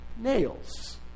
nails